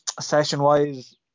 Session-wise